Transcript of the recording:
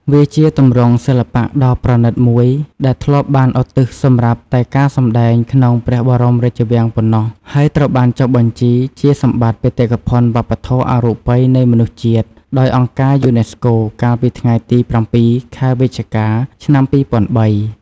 វាជាទម្រង់សិល្បៈដ៏ប្រណីតមួយដែលធ្លាប់បានឧទ្ទិសសម្រាប់តែការសម្ដែងក្នុងព្រះបរមរាជវាំងប៉ុណ្ណោះ ហើយត្រូវបានចុះបញ្ជីជា សម្បត្តិបេតិកភណ្ឌវប្បធម៌អរូបីនៃមនុស្សជាតិ ដោយអង្គការយូណេស្កូ កាលពីថ្ងៃទី ៧ ខែវិច្ឆិកា ឆ្នាំ២០០៣។